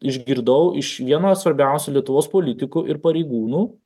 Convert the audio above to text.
išgirdau iš vieno svarbiausių lietuvos politikų ir pareigūnų